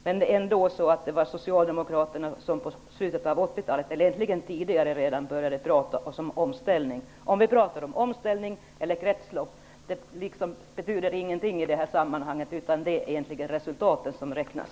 Men det var ändå Socialdemokraterna som i slutet av 80-talet, egentligen redan tidigare, började prata om omställning. Om vi pratar om omställning eller kretslopp betyder ingenting i det här sammanhanget. Det är egentligen resultatet som räknas.